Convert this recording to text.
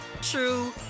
true